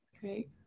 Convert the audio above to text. Great